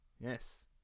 yes